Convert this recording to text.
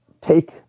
take